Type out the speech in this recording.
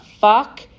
fuck